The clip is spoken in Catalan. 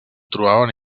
trobaven